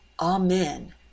Amen